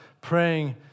praying